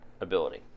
ability